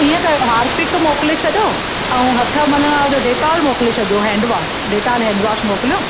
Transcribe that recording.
हीअं कयो हार्पिक मोकिले छ्ॾो ऐं हथु मलण वारो जो डैटोल मोकिले छॾियो हैंडवॉश डैटोल हैंडवॉश मोकिलियो